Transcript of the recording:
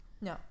No